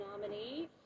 nominee